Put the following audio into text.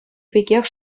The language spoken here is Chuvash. пекех